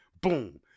Boom